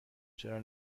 چرا